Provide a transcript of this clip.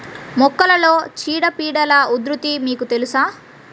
మొక్కలలో చీడపీడల ఉధృతి మీకు తెలుసా?